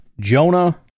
Jonah